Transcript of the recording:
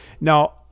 now